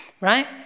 Right